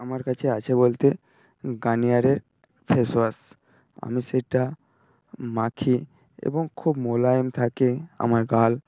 আমার কাছে আছে বলতে গার্নিয়ারের ফেসওয়াশ আমি সেটা মাখি এবং খুব মোলায়েম থাকে আমার গাল